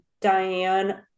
Diane